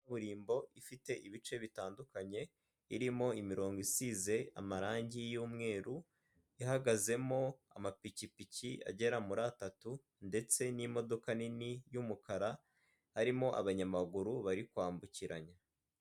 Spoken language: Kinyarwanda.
Kaburimbo ifite ibice bitandukanye irimo imirongo isize amarangi y'umweru, ihagazemo amapikipiki agera muri atatu ndetse n'imodoka nini y'umukara, harimo abanyamaguru bari kwambukiranya.